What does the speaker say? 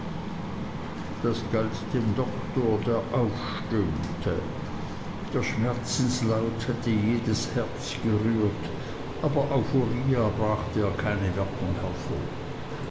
das galt dem doktor der aufstöhnte der schmerzenslaut hätte jedes herz gerührt aber auf uriah brachte er keine wirkung hervor